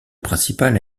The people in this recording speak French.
principale